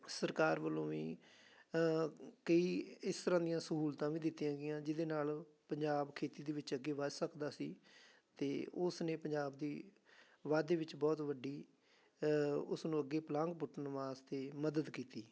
ਸਰਕਾਰ ਵੱਲੋਂ ਵੀ ਕਈ ਇਸ ਤਰ੍ਹਾਂ ਦੀਆਂ ਸਹੂਲਤਾਂ ਵੀ ਦਿੱਤੀਆਂ ਗਈਆਂ ਜਿਹਦੇ ਨਾਲ ਪੰਜਾਬ ਖੇਤੀ ਦੇ ਵਿੱਚ ਅੱਗੇ ਵੱਧ ਸਕਦਾ ਸੀ ਅਤੇ ਉਸ ਨੇ ਪੰਜਾਬ ਦੀ ਵਾਧੇ ਵਿੱਚ ਬਹੁਤ ਵੱਡੀ ਉਸਨੂੰ ਅੱਗੇ ਪਲਾਂਘ ਪੁੱਟਣ ਵਾਸਤੇ ਮਦਦ ਕੀਤੀ